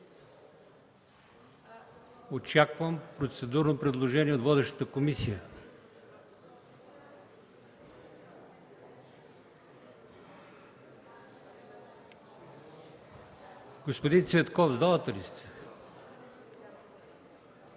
Очаквам процедурно предложение от водещата комисия. Господин Цветков, заповядайте.